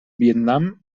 vietnam